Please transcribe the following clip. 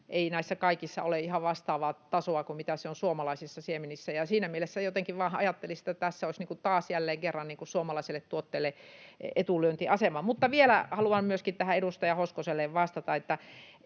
ei näissä kaikissa ole ihan vastaavaa tasoa kuin mitä se on suomalaisissa siemenissä. Siinä mielessä jotenkin vain ajattelisin, että tässä olisi taas jälleen kerran suomalaisilla tuotteilla etulyöntiasema. Mutta vielä haluan myöskin edustaja Hoskoselle vastata, että